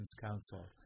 Council